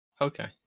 Okay